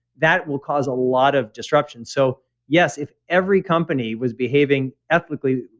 that will cause a lot of disruption. so yes, if every company was behaving ethically,